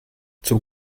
zum